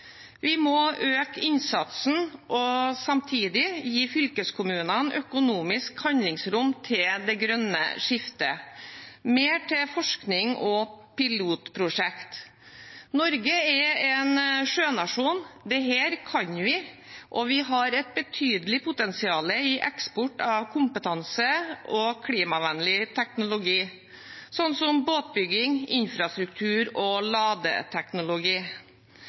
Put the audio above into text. Vi må øke innsatsen og samtidig gi fylkeskommunene økonomisk handlingsrom til det grønne skiftet, mer til forskning og pilotprosjekter. Norge er en sjønasjon. Dette kan vi, og vi har et betydelig potensial i eksport av kompetanse og klimavennlig teknologi, slik som båtbygging, infrastruktur og ladeteknologi.